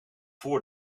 voor